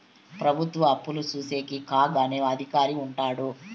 ప్రభుత్వ అప్పులు చూసేకి కాగ్ అనే అధికారి ఉంటాడు